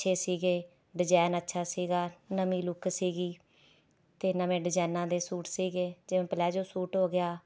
ਅੱਛੇ ਸੀਗੇ ਡਜ਼ਾਇਨ ਅੱਛਾ ਸੀਗਾ ਨਵੀਂ ਲੁੱਕ ਸੀਗੀ ਅਤੇ ਨਵੇਂ ਡਜ਼ਾਇਨਾਂ ਦੇ ਸੂਟ ਸੀਗੇ ਜਿਵੇਂ ਪਲੇਜੋ ਸੂਟ ਹੋ ਗਿਆ